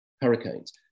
hurricanes